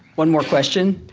one more question.